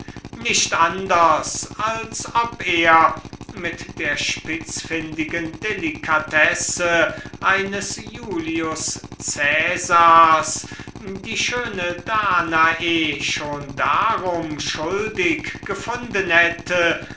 nicht anders als wenn er mit der spitzfindigen delikatesse eines julius cäsars die schöne danae schon darum schuldig gefunden hätte